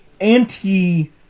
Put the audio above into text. anti